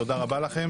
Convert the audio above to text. תודה רבה לכם.